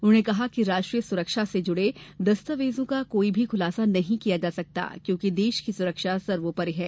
उन्होंने कहा कि राष्ट्रीय सुरक्षा से जुड़े दस्तोवेजों का कोई भी खुलासा नहीं किया सकता क्योंकि देश की सुरक्षा सर्वोपरि है